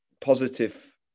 positive